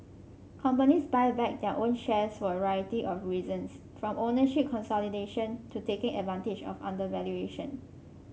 companies buy back their own shares for a variety of reasons from ownership consolidation to taking advantage of undervaluation